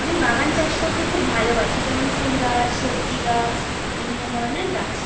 আমি বাগান চাষ করতে খুব ভালোবাসি যেমন ফুল গাছ সবজি গাছ বিভিন্ন ধরনের গাছ